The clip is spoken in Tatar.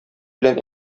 белән